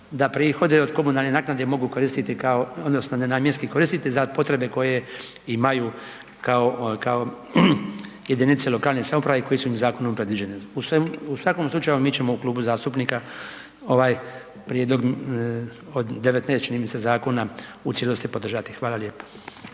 da prihodi od komunalne naknade mogu koristiti kao odnosno nenamjenski koristiti za potrebe koje imaju kao jedinice lokalne samouprave i koje su im zakonom predviđene. U svakom slučaju mi ćemo u klubu zastupnika ovaj prijedlog od 19 čini mi se zakona u cijelosti podržati. Hvala lijepa.